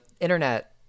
internet